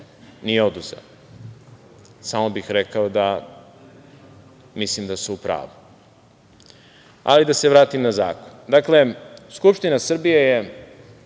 ni oduzeo. Samo bih rekao da mislim da su u pravu, ali da se vratim na zakon. Skupština Srbije je 3.